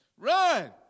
Run